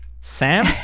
Sam